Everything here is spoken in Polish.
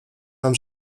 nam